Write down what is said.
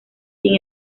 sin